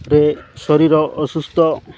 ରେ ଶରୀର ଅସୁସ୍ଥ